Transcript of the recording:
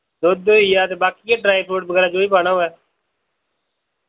दुध्द होइया ते बाकि ए ड्राई फ्रूट बगैरा जो बी पाना होवै